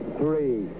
three